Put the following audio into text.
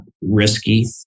risky